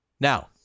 Now